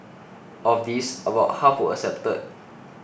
of these about half were accepted